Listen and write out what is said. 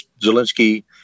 Zelensky